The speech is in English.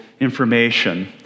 information